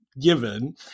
given